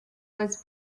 was